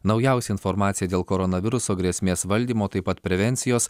naujausia informacija dėl koronaviruso grėsmės valdymo taip pat prevencijos